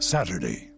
Saturday